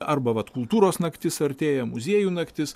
arba vat kultūros naktis artėja muziejų naktis